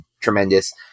tremendous